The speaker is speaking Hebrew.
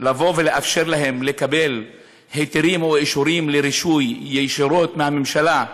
לאפשר להם לקבל היתרים או אישורים לרישוי ישירות מהממשלה,